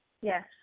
Yes